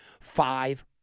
five